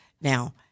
Now